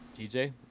TJ